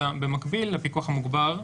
אלא במקביל לפיקוח המוגבר,